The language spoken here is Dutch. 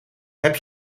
heb